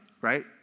right